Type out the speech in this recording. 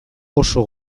oso